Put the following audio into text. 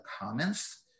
comments